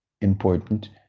important